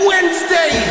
Wednesday